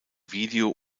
video